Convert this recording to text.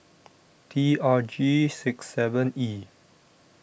T R G six seven E